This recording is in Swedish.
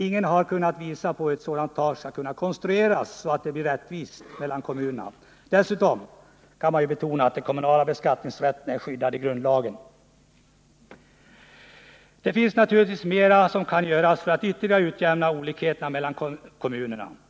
Ingen har kunnat visa hur ett sådant tak skulle kunna konstrueras för att rättvisa skall kunna skapas mellan de olika kommunerna. Dessutom kan det betonas att den kommunala beskattningsrätten är skyddad i grundlagen. Det finns naturligtvis mera som kan göras för att ytterligare utjämna olikheterna kommuner emellan.